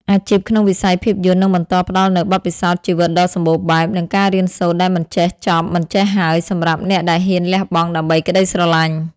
អាជីពក្នុងវិស័យភាពយន្តនឹងបន្តផ្ដល់នូវបទពិសោធន៍ជីវិតដ៏សម្បូរបែប និងការរៀនសូត្រដែលមិនចេះចប់មិនចេះហើយសម្រាប់អ្នកដែលហ៊ានលះបង់ដើម្បីក្ដីស្រឡាញ់។